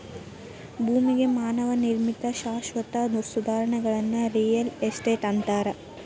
ಭೂಮಿಗೆ ಮಾನವ ನಿರ್ಮಿತ ಶಾಶ್ವತ ಸುಧಾರಣೆಗಳನ್ನ ರಿಯಲ್ ಎಸ್ಟೇಟ್ ಅಂತಾರ